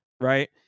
Right